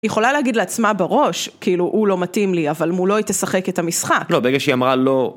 היא יכולה להגיד לעצמה בראש, כאילו, הוא לא מתאים לי, אבל מולו היא תשחק את המשחק. לא, ברגע שהיא אמרה לא...